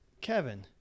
Kevin